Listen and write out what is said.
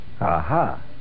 Aha